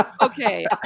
Okay